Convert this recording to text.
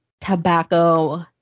tobacco